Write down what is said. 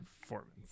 performance